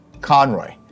Conroy